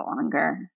longer